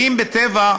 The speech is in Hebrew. ואם בטבע,